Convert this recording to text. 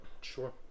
Sure